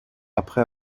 après